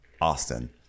Austin